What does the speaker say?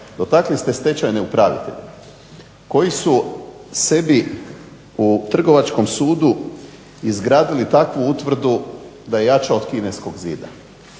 dotakli ste stečajne upravitelje koji su sebi u Trgovačkom sudu izgradili takvu utvrdu da je jača od Kineskog zida.